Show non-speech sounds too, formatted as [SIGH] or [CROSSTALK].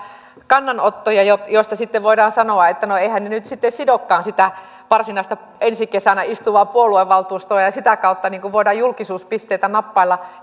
kannanottoja joista sitten voidaan sanoa että no eiväthän ne nyt sitten sidokaan sitä varsinaista ensi kesänä istuvaa puoluevaltuustoa ja sitä kautta voidaan julkisuuspisteitä nappailla [UNINTELLIGIBLE]